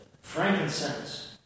frankincense